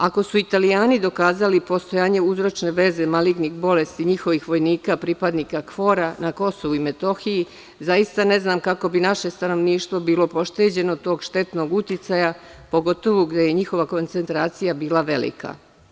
Ako su Italijani dokazali postojanje uzročne veze malignih bolesti njihovih vojnika, pripadnika KFOR na Kosovu i Metohiji, zaista ne znam kako bi naše stanovništvo bilo pošteđeno tog štetnog uticaja, pogotovo gde je njihova koncentracija bila velika.